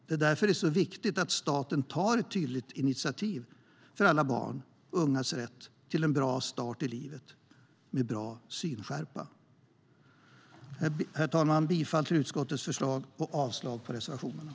Det är därför det är så viktigt att staten tar ett tydligt initiativ för alla barns och ungas rätt till en bra start i livet med god synskärpa. Herr talman! Jag yrkar bifall till utskottets förslag och avslag på reservationerna.